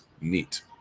neat